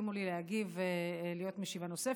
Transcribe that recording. שהסכימו לי להגיב ולהיות משיבה נוספת.